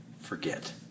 forget